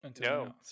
No